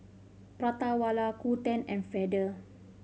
Prata Wala Qoo Ten and Feather